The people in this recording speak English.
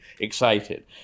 excited